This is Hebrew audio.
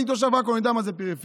אני תושב עכו, אני יודע מה זה פריפריה.